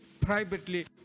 privately